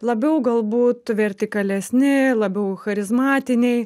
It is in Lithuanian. labiau galbūt vertikalesni labiau charizmatiniai